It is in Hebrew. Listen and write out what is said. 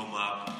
כלומר,